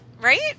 Right